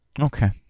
Okay